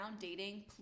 dating